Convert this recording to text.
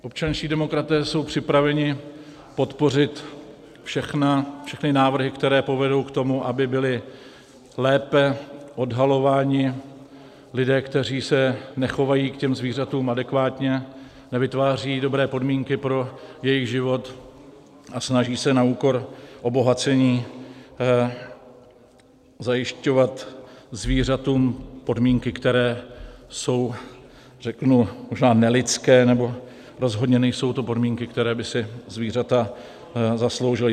Občanští demokraté jsou připraveni podpořit všechny návrhy, které povedou k tomu, aby byli lépe odhalováni lidé, kteří se nechovají ke zvířatům adekvátně, nevytvářejí dobré podmínky pro jejich život a snaží se na úkor obohacení zajišťovat zvířatům podmínky, které jsou možná nelidské, rozhodně to nejsou podmínky, které by si zvířata zasloužila.